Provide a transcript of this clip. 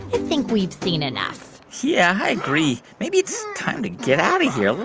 i think we've seen enough yeah, i agree. maybe it's time to get out of here.